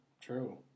true